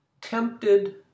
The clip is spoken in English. Tempted